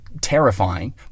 terrifying